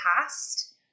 past